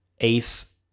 ace